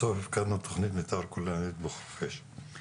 בסוף הפקדנו תוכנית מתאר כוללנית בחורפיש.